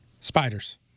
Spiders